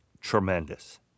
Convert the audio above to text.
tremendous